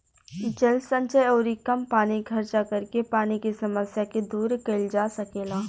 जल संचय अउरी कम पानी खर्चा करके पानी के समस्या के दूर कईल जा सकेला